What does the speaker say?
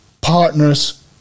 partners